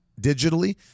digitally